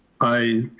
i